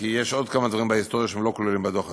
כי יש עוד כמה דברים בהיסטוריה שלא כלולים בדוח הזה.